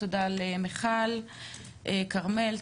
תודה למיכל כרמל,